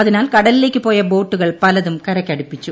അതിനാൽ കടലിലേക്കു പോയ ബോട്ടുകൾ പലതും കരയ്ക്കടുപ്പിച്ചു